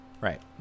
Right